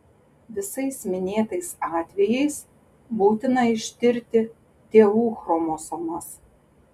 visais minėtais atvejais būtina ištirti tėvų chromosomas